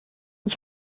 ich